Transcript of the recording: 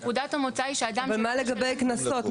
אבל מה לגבי קנסות?